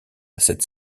cette